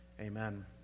Amen